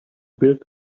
build